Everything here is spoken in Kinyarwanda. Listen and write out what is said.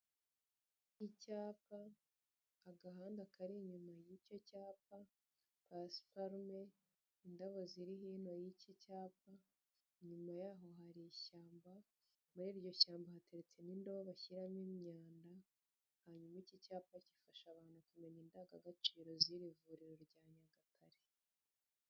Icyapa, agahanda kari inyuma y'icyo cyapa, pasiparume, indabo ziri hino y'iki cyapa, inyuma yaho hari ishyamba, muri iryo shyamba hateretsemo indobo bashyiramo imyanda, hanyuma iki cyapa gifasha abantu kumenya indangagaciro z'iri vuriro rya Nyagatare.